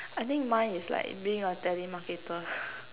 I think mine is like being a telemarketer